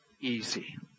easy